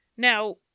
Now